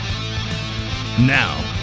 Now